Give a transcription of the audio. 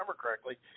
correctly